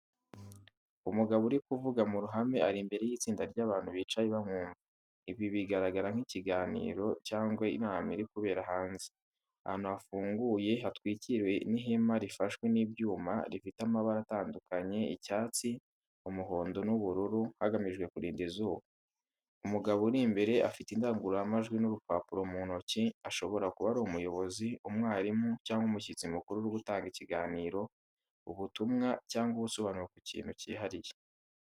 Umugabo uri kuvuga mu ruhame, ari imbere y’itsinda ry’abantu bicaye bamwumva. Ibi bigaragara nk'ibiganiro cyangwa inama iri kubera hanze, ahantu hafunguye hatwikiriwe ihema rifashwe n'ibyuma rifite amabara atandukanye icyatsi, umuhondo n’ubururu hagamijwe kurinda izuba. Umugabo uri imbere afite indangururamajwi n’urupapuro mu ntoki ashobora kuba ari umuyobozi, umwarimu cyangwa umushyitsi mukuru uri gutanga ikiganiro, ubutumwa, cyangwa ubusobanuro ku kintu cyihariye.